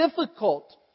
difficult